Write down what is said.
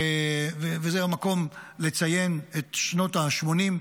וזה המקום לציין את שנות השמונים,